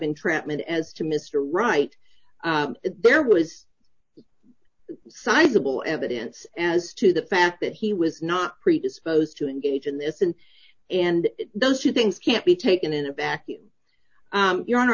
entrapment as to mr right there was a sizable evidence as to the fact that he was not predisposed to engage in this and and those things can't be taken in a vacuum your honor